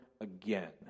again